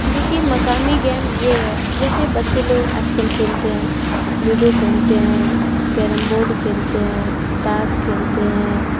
دیکھیے مقامی گیم یہ ہے جیسے بچے لوگ آج کل کھیلتے ہیں لوڈو کھیلتے ہیں کیرم بورڈ کھیلتے ہیں تاش کھیلتے ہیں